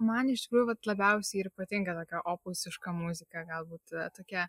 man iš tikrųjų vat labiausiai ir patinka tokia opusiška muzika galbūt tokia